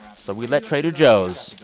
so we let trader joe's,